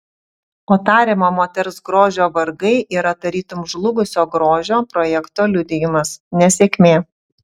o tariamo moters grožio vargai yra tarytum žlugusio grožio projekto liudijimas nesėkmė